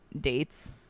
dates